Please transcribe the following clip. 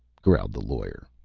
growled the lawyer.